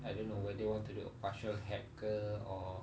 I don't know whether want to do a partial hack ke or